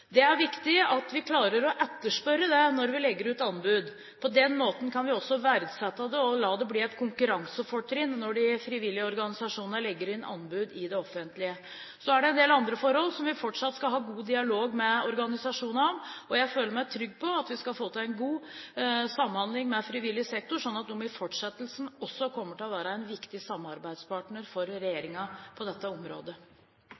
Det er viktig at vi klarer å etterspørre det når vi legger ut anbud. På den måten kan vi også verdsette det og la det bli et konkurransefortrinn når de frivillige organisasjonene legger inn anbud i det offentlige. Så er det en del andre forhold som vi fortsatt skal ha god dialog med organisasjonene om. Jeg føler meg trygg på at vi skal få til en god samhandling med frivillig sektor, slik at de i fortsettelsen også kommer til å være en viktig samarbeidspartner for